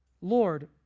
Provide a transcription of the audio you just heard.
Lord